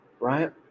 Right